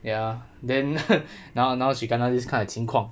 ya then now now she kena this kind of 情况